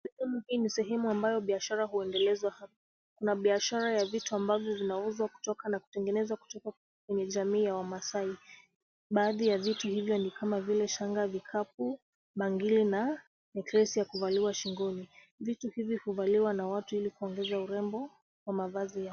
Hii ni sehemu ambayo biashara huendelezwa hapa. Kuna biashara ya vitu ambavyo vinauzwa kutoka na kutengenezwa kutoka kwenye jamii ya wamaasai. Baadhi ya vitu hivyo ni kama vile shanga, vikapu, bangili na neklesi ya kuvaliwa shingoni. Vitu hivi huvaliwa na watu ili kuongeza urembo wa mavazi yao.